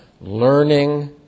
learning